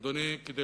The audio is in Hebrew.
אדוני, כדי